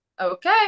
Okay